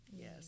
Yes